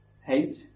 hate